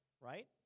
right